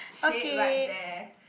shade right there